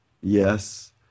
yes